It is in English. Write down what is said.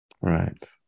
right